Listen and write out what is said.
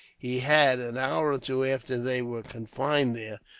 he had, an hour or two after they were confined there,